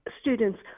students